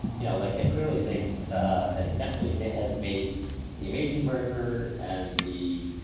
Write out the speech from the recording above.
you know, like and clearly they ah think, honestly, mitt has made the amazing burger and the